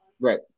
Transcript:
Right